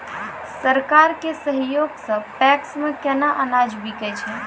सरकार के सहयोग सऽ पैक्स मे केना अनाज बिकै छै?